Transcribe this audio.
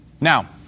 Now